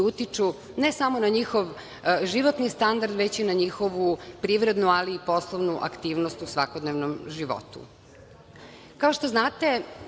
utiču ne samo na njihov životni standard, već i na njihovu privrednu, ali i poslovnu aktivnost u svakodnevnom životu. Kao što znate,